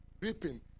Reaping